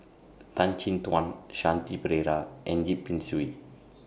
Tan Chin Tuan Shanti Pereira and Yip Pin Xiu